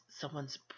someone's